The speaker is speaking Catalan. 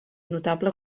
notable